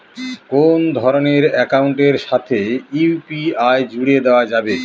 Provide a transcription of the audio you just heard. কোন ধরণের অ্যাকাউন্টের সাথে ইউ.পি.আই জুড়ে দেওয়া যাবে?